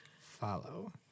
Follow